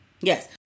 Yes